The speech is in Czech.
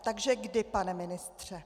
Takže kdy, pane ministře?